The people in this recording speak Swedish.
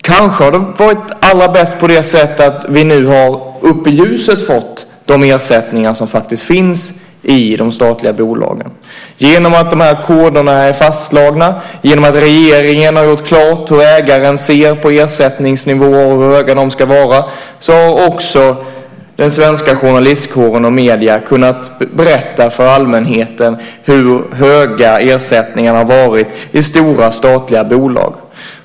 Kanske har det varit allra bäst på det sättet att vi nu har fått upp i ljuset de ersättningar som faktiskt finns i de statliga bolagen genom att de här koderna är fastslagna. Genom att regeringen har gjort klart hur ägaren ser på ersättningsnivåer och hur höga de ska vara har också den svenska journalistkåren och medierna kunnat berätta för allmänheten hur höga ersättningarna har varit i stora, statliga bolag.